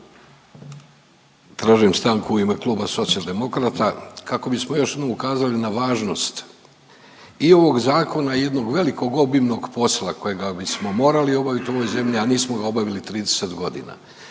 Tražim stanku u ime Kluba Socijaldemokrata kako bismo još jednom ukazali na važnost i ovog zakona i jednog velikog obimnog posla kojega bismo morali obaviti u ovoj zemlji, a nismo ga obavili 30 godina.